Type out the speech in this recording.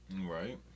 Right